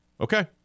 Okay